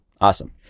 Awesome